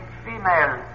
female